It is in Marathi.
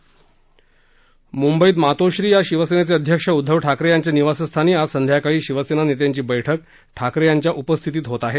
म्ंबईत मातोश्री या शिवसेनेचे अध्यक्ष उदधव ठाकरे यांच्या निवासस्थानी आज संध्याकाळी शिवसेना नेत्यांची बैठक ठाकरे यांच्या उपस्थितीत होत आहे